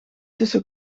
tussen